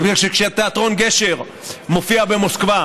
מפני שכשתיאטרון גשר מופיע במוסקבה